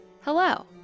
Hello